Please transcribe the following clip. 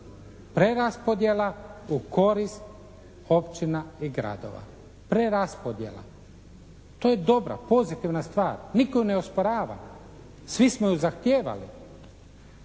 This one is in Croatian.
preraspodjela u korist općina i gradova, preraspodjela. To je dobra pozitivna stvar, nitko ju ne osporava, svi smo ju zahtijevali.